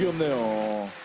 no